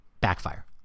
backfire